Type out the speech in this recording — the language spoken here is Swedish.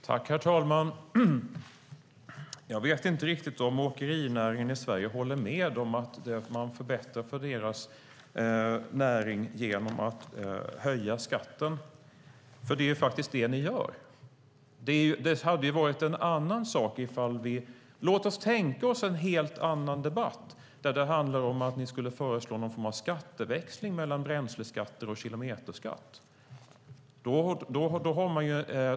Herr talman! Jag vet inte riktigt om åkerinäringen i Sverige håller med om att man förbättrar för den genom att höja skatten. Det är faktiskt det ni föreslår. Låt oss tänka oss en helt annan debatt där det handlar om att ni skulle föreslå någon form av skatteväxling mellan bränsleskatter och kilometerskatt. Det hade varit en annan sak.